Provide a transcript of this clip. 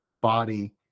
body